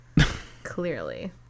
Clearly